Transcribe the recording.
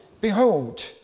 Behold